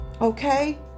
Okay